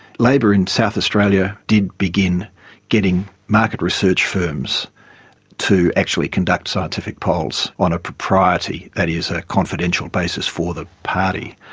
labor in south australia did begin getting market research firms to actually conduct scientific polls on a propriety, that is a confidential basis, for the party,